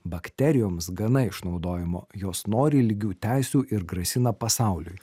bakterijoms gana išnaudojimo jos nori lygių teisių ir grasina pasauliui